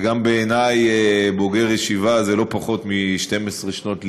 וגם בעיני בוגר ישיבה זה לא פחות מ-12 שנות לימוד,